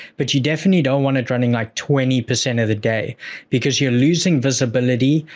but you definitely don't want it running like twenty percent of the day because you're losing visibility,